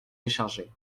déchargé